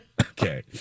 Okay